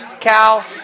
Cal